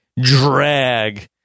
drag